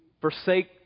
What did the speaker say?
forsake